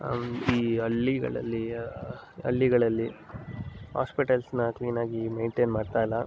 ಈ ಹಳ್ಳಿಗಳಲ್ಲಿ ಹಳ್ಳಿಗಳಲ್ಲಿ ಆಸ್ಪೆಟಲ್ಸ್ನ ಕ್ಲೀನಾಗಿ ಮೇಂಟೇನ್ ಮಾಡ್ತಾಯಿಲ್ಲ